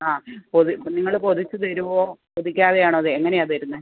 ആ പൊതി അപ്പോൾ നിങ്ങൾ പൊതിച്ചു തെരുമോ പൊതിക്കാതെ ആണോ അത് എങ്ങനെയാണ് തെരുന്നത്